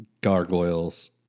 gargoyles